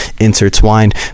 intertwined